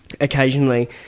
occasionally